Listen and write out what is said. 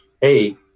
Hey